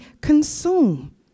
consume